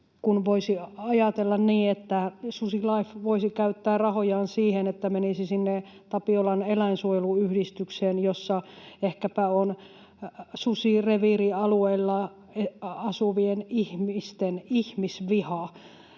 niin voisi ajatella niin, että SusiLIFE voisi käyttää rahojaan siihen, että menisi sinne Tapiola-eläinsuojeluyhdistykseen, jossa ehkäpä on susireviirialueilla asuvien ihmisten ihmisvihaa.